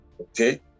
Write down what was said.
Okay